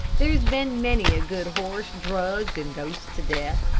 there's been many a good horse drugged and dosed to death.